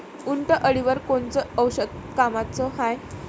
उंटअळीवर कोनचं औषध कामाचं हाये?